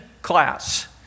class